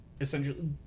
essentially